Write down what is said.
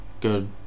good